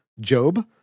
Job